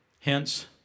Hence